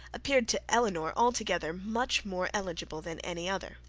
appeared to elinor altogether much more eligible than any other.